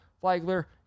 Flagler